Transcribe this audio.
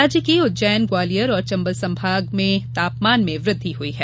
राज्य के उज्जैन ग्वालियर और चम्बल संभाग के जिलों में तापमान में वृद्वि हई है